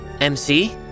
MC